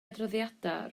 adroddiadau